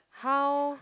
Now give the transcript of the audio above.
how